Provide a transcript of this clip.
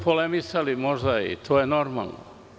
Polemisali smo o tome, i to je normalno.